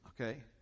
okay